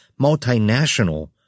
multinational